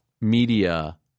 media